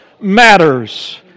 matters